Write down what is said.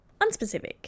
unspecific